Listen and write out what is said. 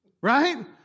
Right